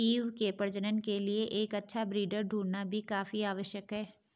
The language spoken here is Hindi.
ईव के प्रजनन के लिए एक अच्छा ब्रीडर ढूंढ़ना भी काफी आवश्यक है